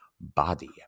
body